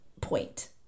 point